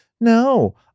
no